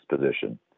position